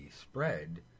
spread